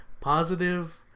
positive